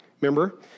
Remember